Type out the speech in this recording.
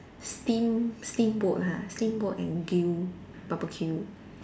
steam steamboat ha steamboat and grill barbecue